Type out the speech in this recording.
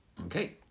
Okay